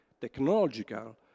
technological